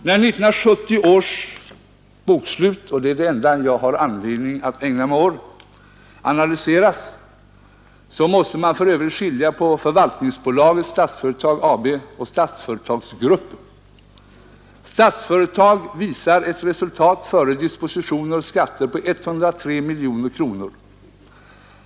När 1970 års bokslut, och det är det enda jag har anledning att ägna mig åt, analyseras måste man för övrigt skilja på förvaltningsbolaget Statsföretag AB och Statsföretagsgruppen. Statsföretag AB visar ett resultat före dispositioner och skatter på 103 miljoner kronor.